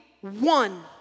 one